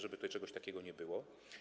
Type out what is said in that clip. Żeby tutaj czegoś takiego nie było.